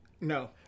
No